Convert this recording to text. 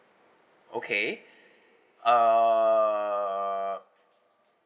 okay err